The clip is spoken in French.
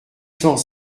cent